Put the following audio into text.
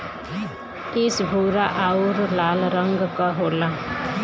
इ भूरा आउर लाल रंग क होला